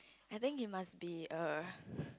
I think it must be a